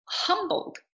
humbled